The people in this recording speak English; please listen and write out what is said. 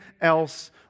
else